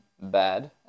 bad